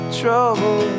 Trouble